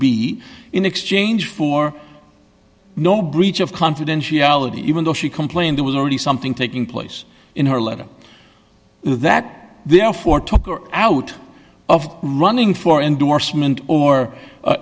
b in exchange for no breach of confidentiality even though she complained it was already something taking place in her letter that therefore took her out of running for endorsement or